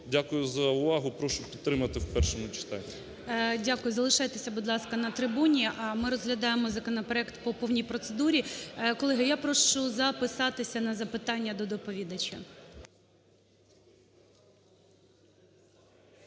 Дякую за увагу. Прошу підтримати в першому читанні. ГОЛОВУЮЧИЙ. Дякую. Залишайтеся, будь ласка, на трибуні. А ми розглядаємо законопроект по повній процедурі. Колеги, я прошу записатися на запитання до доповідача.